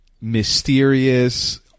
mysterious